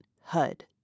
HUD